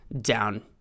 down